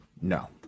No